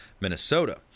Minnesota